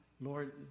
Lord